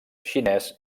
xinès